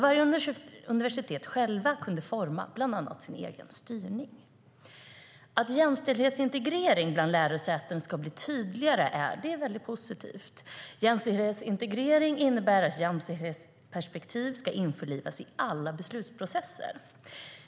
Varje universitet kunde då självt forma bland annat sin egen styrning. Att jämställdhetsintegrering bland lärosäten ska bli tydligare är väldigt positivt. Jämställdhetsintegrering innebär att jämställdhetsperspektiv ska införlivas i alla beslutsprocesser.